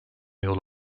yol